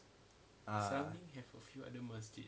ah